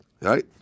Right